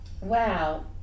Wow